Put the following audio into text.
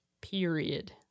period